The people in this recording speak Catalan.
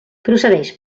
procedeix